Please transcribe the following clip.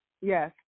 Yes